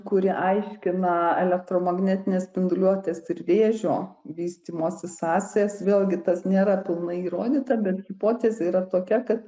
kuri aiškina elektromagnetinės spinduliuotės ir vėžio vystymosi sąsajas vėlgi tas nėra pilnai įrodyta bet hipotezė yra tokia kad